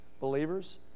believers